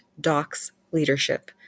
docsleadership